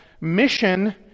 mission